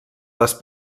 les